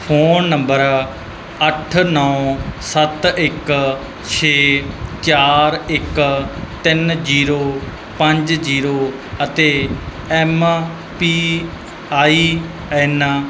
phone number ਅੱਠ ਨੌਂ ਸੱਤ ਇੱਕ ਛੇ ਚਾਰ ਇੱਕ ਤਿੰਨ ਜੀਰੋ ਪੰਜ ਜੀਰੋ ਅਤੇ ਐਮ ਪੀ ਆਈ ਐਨ